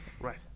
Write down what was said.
Right